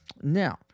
Now